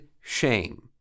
shame